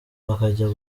bakajya